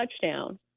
touchdown